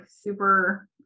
super